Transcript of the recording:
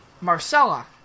Marcella